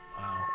wow